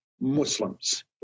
Muslims